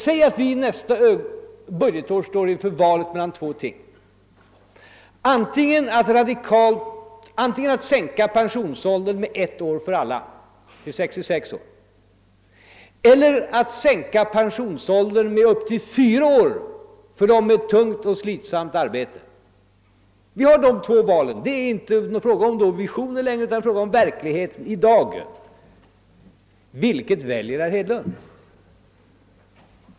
Säg att vi nästa budgetår står inför valet mellan att genomföra två åtgärder, nämligen antingen att sänka pensionsåldern med ett år för alla till 66 år eller att sänka pensionsåldern med upp till fyra år för personer med tungt och slitsamt arbete. Vi har dessa båda alternativ. Det är inte längre fråga om visioner utan om dagens verklighet. Vilket väljer herr Hedlund?